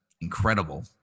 incredible